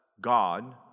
God